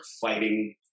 fighting